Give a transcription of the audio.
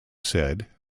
said